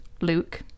Luke